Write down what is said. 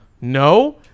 no